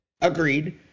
Agreed